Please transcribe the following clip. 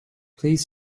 please